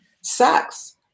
sex